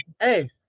hey